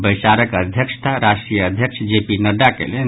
बैसारक अध्यक्षता राष्ट्रीय अध्यक्ष जे पी नड्डा कयलनि